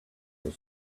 was